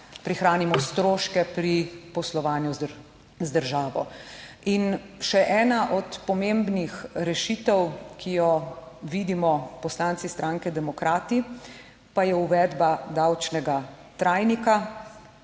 prihranimo stroške pri poslovanju z državo. In še ena od pomembnih rešitev, ki jo vidimo poslanci stranke Demokrati, pa je uvedba davčnega trajnika.